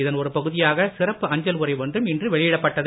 இதன் ஒரு பகுதியாக சிறப்பு அஞ்சல் உறை ஒன்றும் இன்று வெளியிடப்பட்டது